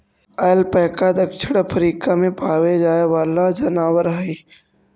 alpaca दक्षिण Africa में पावे जाए वाला जनावर हई